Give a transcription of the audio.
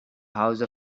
house